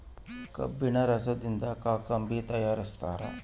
ಕಬ್ಬಿಣ ರಸದಿಂದ ಕಾಕಂಬಿ ತಯಾರಿಸ್ತಾರ